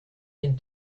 den